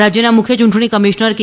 રાજ્યના મુખ્ય ચૂંટણી કમિશ્નર કે